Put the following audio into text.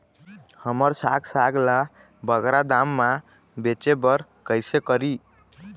हमर साग साग ला बगरा दाम मा बेचे बर कइसे करी?